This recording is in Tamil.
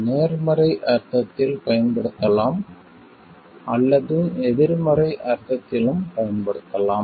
நேர்மறை அர்த்தத்தில் பயன்படுத்தலாம் அல்லது எதிர்மறை அர்த்தத்திலும் பயன்படுத்தலாம்